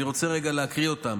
אני רוצה רגע להקריא אותן: